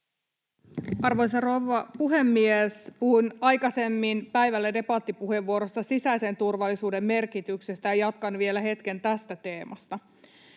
Arvoisa rouva puhemies! Puhuin aikaisemmin päivällä debattipuheenvuorossa sisäisen turvallisuuden merkityksestä, ja jatkan vielä hetken tästä teemasta.